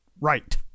right